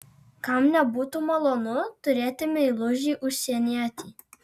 kam nebūtų malonu turėti meilužį užsienietį